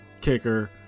kicker